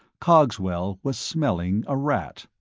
cogswell was smelling a rat.